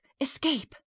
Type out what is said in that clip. Escape